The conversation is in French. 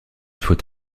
faut